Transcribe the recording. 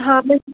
ਹਾਂ ਮੈਂ